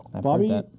Bobby